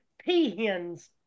peahens